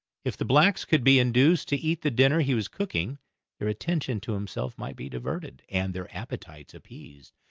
if the blacks could be induced to eat the dinner he was cooking their attention to himself might be diverted, and their appetites appeased,